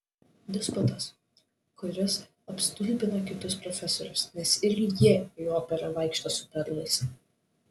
disputas kuris apstulbina kitus profesorius nes ir jie į operą vaikšto su perlais